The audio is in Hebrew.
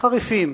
חריפים